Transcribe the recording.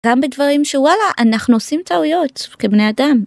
גם בדברים שוואלה אנחנו עושים טעויות כבני אדם.